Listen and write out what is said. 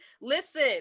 Listen